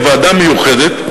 לוועדה מיוחדת.